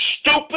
stupid